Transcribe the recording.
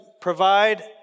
provide